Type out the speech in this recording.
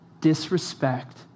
disrespect